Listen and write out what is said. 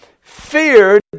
feared